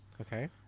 Okay